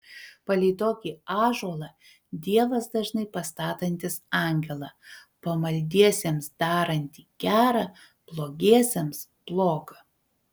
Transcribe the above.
palei tokį ąžuolą dievas dažnai pastatantis angelą pamaldiesiems darantį gera blogiesiems bloga